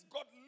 God